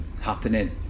happening